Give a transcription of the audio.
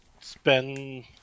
spend